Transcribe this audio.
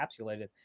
encapsulated